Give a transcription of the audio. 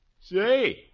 Say